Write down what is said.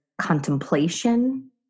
contemplation